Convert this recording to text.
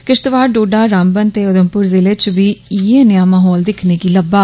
किश्तवाड़ डोडा रामबन ते उघमपुर जिले च बी इंय्ये नेहा माहौल दिक्खने गी लब्बा